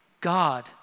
God